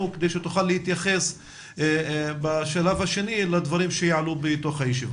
כדי שתוכל להתייחס בשלב השני לדברים שיעלו בישיבה.